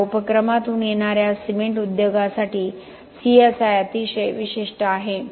या उपक्रमातून येणार्या सिमेंट उद्योगासाठी सीएसआय अतिशय विशिष्ट आहे